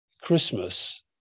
Christmas